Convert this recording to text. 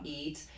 eat